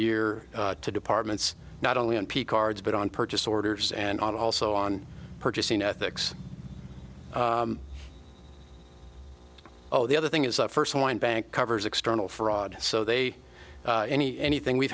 year to departments not only on p cards but on purchase orders and also on purchasing ethics oh the other thing is our first one bank covers external fraud so they any anything we've